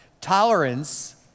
Tolerance